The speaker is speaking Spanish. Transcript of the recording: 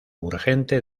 urgente